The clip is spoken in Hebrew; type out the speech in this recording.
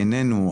בעינינו,